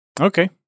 Okay